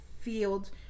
field